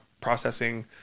processing